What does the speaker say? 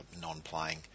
non-playing